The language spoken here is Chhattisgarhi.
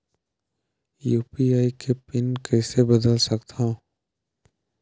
यू.पी.आई के पिन कइसे बदल सकथव?